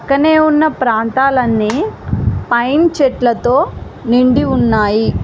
పక్కనే ఉన్న ప్రాంతాలన్నీ పైన్ చెట్లతో నిండి ఉన్నాయి